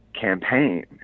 campaign